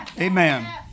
Amen